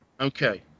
Okay